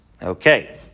Okay